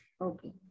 okay